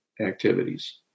activities